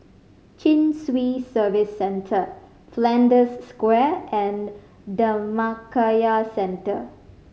Chin Swee Service Centre Flanders Square and Dhammakaya Centre